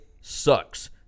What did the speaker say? sucks